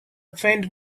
faint